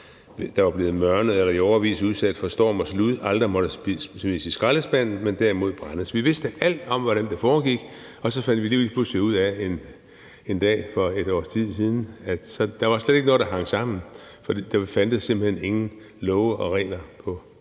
der var blevet mørnet eller i årevis udsat for storm og slud, aldrig måtte smides i skraldespanden, men derimod skulle brændes. Vi vidste alt om, hvordan det foregik, og så fandt vi lige pludselig ud af en dag for et års tid siden, at der slet ikke var noget, der hang sammen, for der fandtes simpelt hen ingen love og regler på